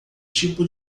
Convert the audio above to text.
tipo